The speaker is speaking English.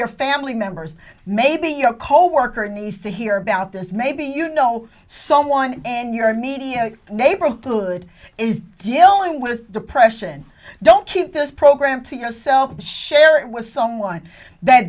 your family members maybe your coworker nice to hear about this maybe you know someone and your immediate neighborhood is dealing with depression don't keep this program to yourself and share it with someone that